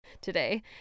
Today